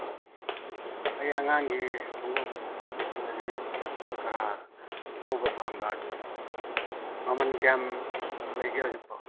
ꯎꯝ ꯑꯩ ꯑꯉꯥꯡꯒꯤ ꯈꯣꯡꯎꯞ ꯑꯗꯒꯤ ꯆꯝꯄꯜ ꯈꯔ ꯂꯧꯕ ꯄꯥꯝꯕ ꯑꯗꯨ ꯃꯃꯟ ꯀꯌꯥꯝ ꯂꯩꯒꯦ ꯍꯧꯖꯤꯛꯄꯣ